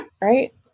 right